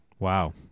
Wow